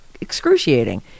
excruciating